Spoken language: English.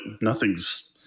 nothing's